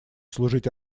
служить